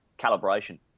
calibration